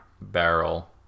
barrel